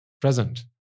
present